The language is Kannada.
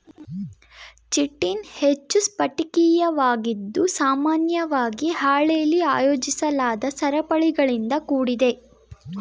ಚಿಟಿನ್ ಹೆಚ್ಚು ಸ್ಫಟಿಕೀಯವಾಗಿದ್ದು ಸಾಮಾನ್ಯವಾಗಿ ಹಾಳೆಲಿ ಆಯೋಜಿಸಲಾದ ಸರಪಳಿಗಳಿಂದ ಕೂಡಿದೆ